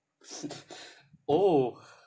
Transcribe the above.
oh